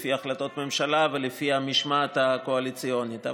לפי החלטות ממשלה ולפי המשמעת הקואליציונית.